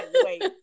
wait